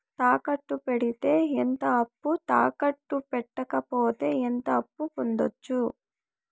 తాకట్టు పెడితే ఎంత అప్పు, తాకట్టు పెట్టకపోతే ఎంత అప్పు పొందొచ్చు?